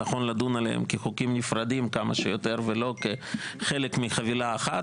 נכון לדון עליהם כחוקים נפרדים כמה שיותר ולא כחלק מחבילה אחת.